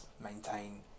maintain